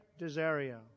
Desario